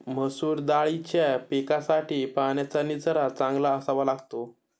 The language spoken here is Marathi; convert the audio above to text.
मसूर दाळीच्या पिकासाठी पाण्याचा निचरा चांगला असावा लागतो